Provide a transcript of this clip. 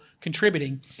contributing